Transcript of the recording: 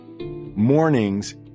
mornings